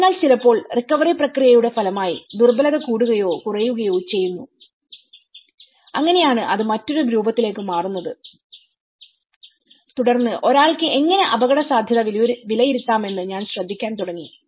അതിനാൽ ചിലപ്പോൾ റിക്കവറി പ്രക്രിയയുടെ ഫലമായി ദുർബലത കൂടുകയോ കുറയുകയോ ചെയ്യുന്നു അങ്ങനെയാണ് അത് മറ്റൊരു രൂപത്തിലേക്ക് മാറുന്നത് തുടർന്ന് ഒരാൾക്ക് എങ്ങനെ അപകടസാധ്യത വിലയിരുത്താമെന്ന് ഞാൻ ശ്രദ്ധിക്കാൻ തുടങ്ങി